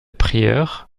prieure